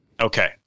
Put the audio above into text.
Okay